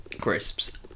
crisps